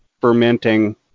fermenting